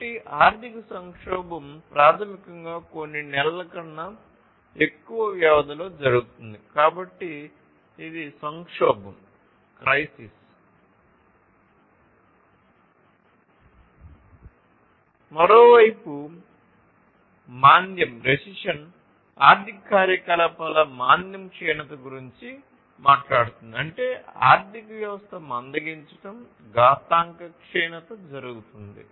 కాబట్టి ఆర్థిక సంక్షోభం ప్రాథమికంగా కొన్ని నెలల కన్నా ఎక్కువ వ్యవధిలో జరుగుతుంది కాబట్టి ఇది సంక్షోభం జరుగుతుంది